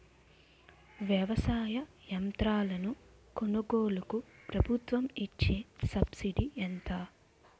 వ్యవసాయ యంత్రాలను కొనుగోలుకు ప్రభుత్వం ఇచ్చే సబ్సిడీ ఎంత?